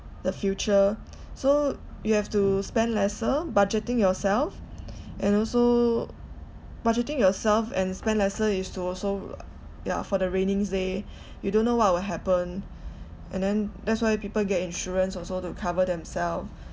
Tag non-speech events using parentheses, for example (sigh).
the future so you have to spend lesser budgeting yourself (noise) and also budgeting yourself and spend lesser is to also uh ya for the rainings day you don't know what will happen and then that's why people get insurance also to cover themself